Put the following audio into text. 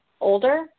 older